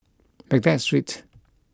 Baghdad Street